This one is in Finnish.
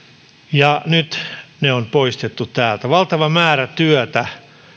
ja nyt ne on poistettu täältä valtava määrä työtä